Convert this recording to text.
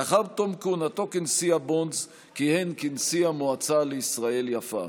לאחר תום כהונתו כנשיא הבונדס כיהן כנשיא המועצה לישראל יפה.